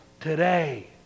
today